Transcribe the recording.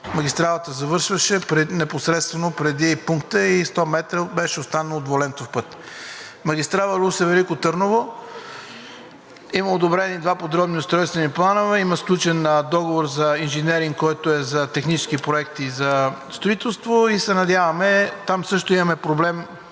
магистралата завършваше непосредствено преди пункта и 100 метра беше останал двулентов път. За магистрала Русе – Велико Търново има одобрени два подробни устройствени плана, има сключен договор за инженеринг, който е за технически проекти за строителство – там също имаме проблем.